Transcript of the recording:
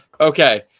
Okay